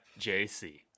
jc